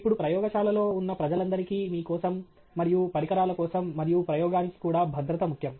ఇప్పుడు ప్రయోగశాలలో ఉన్న ప్రజలందరికీ మీ కోసం మరియు పరికరాల కోసం మరియు ప్రయోగానికి కూడా భద్రత ముఖ్యం